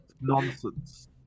Nonsense